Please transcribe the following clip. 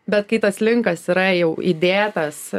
bet kai tas linkas yra jau įdėtas